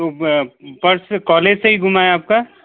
तो purse college से गुमा है आपका